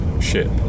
ship